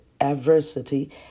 adversity